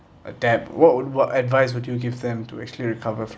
a debt what would what advice would you give them to actually recover fr~